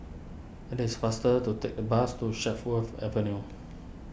it is faster to take the bus to Chatsworth Avenue